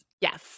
Yes